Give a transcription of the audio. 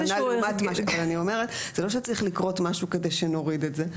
אבל אני אומרת זה לא שצריך לקרות משהו כדי שנוריד את זה,